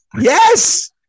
Yes